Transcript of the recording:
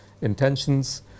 intentions